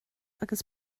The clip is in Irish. agus